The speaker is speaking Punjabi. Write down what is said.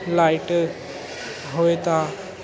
ਲਾਈਟ ਹੋਏ ਤਾਂ